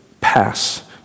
pass